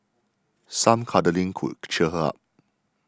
some cuddling could cheer her up